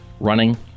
running